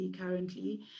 currently